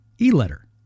e-letter